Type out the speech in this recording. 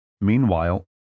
Meanwhile